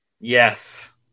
Yes